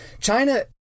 China